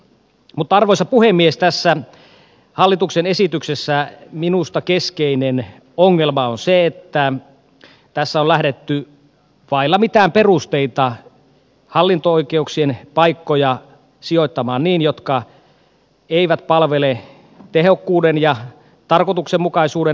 mutta arvoisa puhemies tässä hallituksen esityksessä minusta keskeinen ongelma on se että tässä on lähdetty vailla mitään perusteita hallinto oikeuksien paikkoja sijoittamaan niin etteivät ne palvele tehokkuuden ja tarkoituksenmukaisuuden näkökulmaa